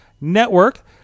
Network